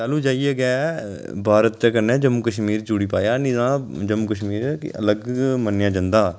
तैलूं जाइयै गै भारत कन्नै जम्मू कशमीर जुड़ी पाया नेईं तां जम्मू कशमीर अलग गै मन्नेआ जंदा हा